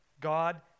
God